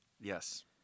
Yes